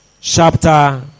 chapter